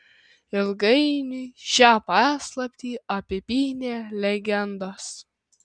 ilgainiui šią paslaptį apipynė legendos